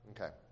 Okay